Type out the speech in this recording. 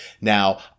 Now